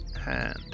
hand